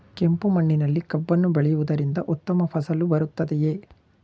ಕೆಂಪು ಮಣ್ಣಿನಲ್ಲಿ ಕಬ್ಬನ್ನು ಬೆಳೆಯವುದರಿಂದ ಉತ್ತಮ ಫಸಲು ಬರುತ್ತದೆಯೇ?